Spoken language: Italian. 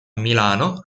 milano